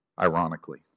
Ironically